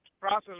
process